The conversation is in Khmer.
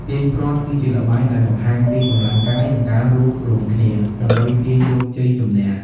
ទាញព្រ័ត្រ គឺជាល្បែងដែលបង្ហាញពីកម្លាំងកាយ និងការរួបរួមគ្នា ដើម្បីទាញយកជ័យជំនះ។